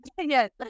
Yes